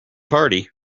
party